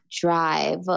drive